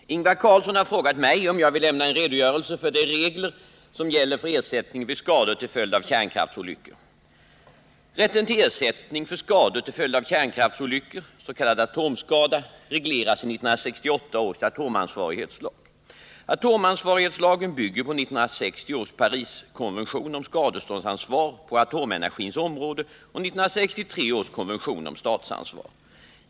Herr talman! Ingvar Carlsson har frågat mig om jag vill lämna en redogörelse för de regler som gäller för ersättning vid skador till följd av kärnkraftsolyckor. Rätten till ersättning för skador till följd av kärnkraftsolyckor regleras i 1968 års atomansvarighetslag. Atomansvarighetslagen bygger på 1960 års Pariskonvention om skadeståndsansvar på atomenergins område och 1963 års konvention om statsansvar.